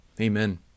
Amen